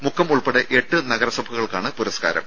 മുക്കം ഉൾപ്പെടെ എട്ട് നഗരസഭകൾക്കാണ് പുരസ്കാരം